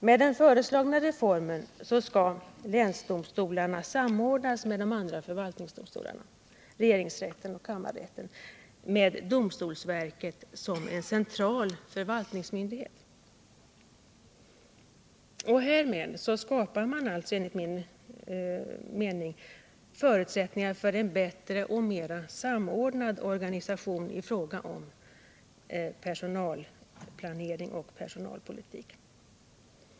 Med den föreslagna reformen skall länsdomstolarna samordnas med de andra förvaltningsdomstolarna — regeringsrätten och kammarrätten — med domstolsverket som central förvaltningsmyndighet. Härmed skapar man enligt min mening förutsättningar för en bättre och mera samordnad organisation i fråga om personalplanering och personalpolitik.